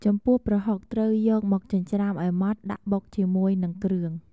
ចំពោះប្រហុកត្រូវយកមកចិញ្ច្រាំឲ្យម៉ដ្ឋ ដាក់បុកជាមួយនឹងគ្រឿង។